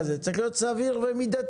לא, זה צריך להיות סביר ומידתי.